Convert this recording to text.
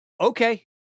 okay